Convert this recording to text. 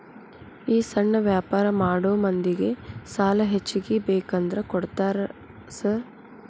ಈ ಸಣ್ಣ ವ್ಯಾಪಾರ ಮಾಡೋ ಮಂದಿಗೆ ಸಾಲ ಹೆಚ್ಚಿಗಿ ಬೇಕಂದ್ರ ಕೊಡ್ತೇರಾ ಸಾರ್?